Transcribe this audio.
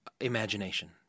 imagination